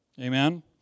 Amen